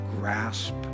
grasp